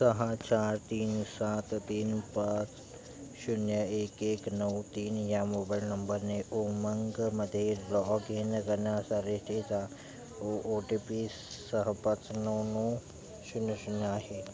सहा चार तीन सात तीन पाच शून्य एक एक नऊ तीन या मोबाईल नंबरने उमंगमध्ये लॉग इन करण्यासाठी त्याचा ओ ओ टी पी सहा पाच नऊ नऊ शून्य शून्य आहे